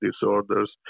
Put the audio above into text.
disorders